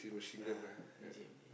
ah M_G M_G